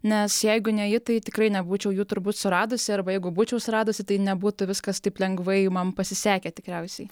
nes jeigu ne ji tai tikrai nebūčiau jų turbūt suradusi arba jeigu būčiau suradusi tai nebūtų viskas taip lengvai man pasisekę tikriausiai